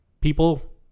People